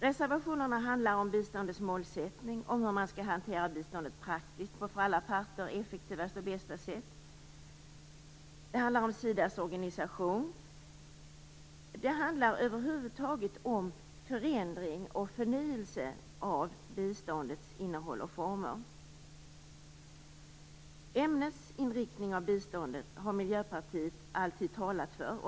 Reservationerna handlar om biståndets målsättning, om hur man skall hantera biståndet praktiskt på det för alla parter effektivaste och bästa sättet, om Sidas organisation - över huvud taget om förändring och förnyelse av biståndets innehåll och former. Ämnesinriktning av biståndet har Miljöpartiet alltid talat för.